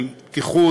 של פתיחות,